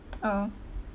[or\h]